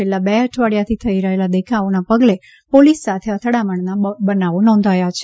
છેલ્લાં બે અઠવાડિયાથી થઇ રહેલા દેખાવોના પગલે પોલીસ સાથે અથડામણના બનાવો નોંધાથા છે